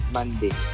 Monday